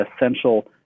essential